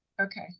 Okay